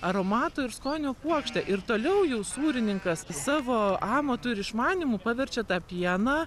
aromato ir skonio puokštę ir toliau jau sūrininkas savo amatu ir išmanymu paverčia tą pieną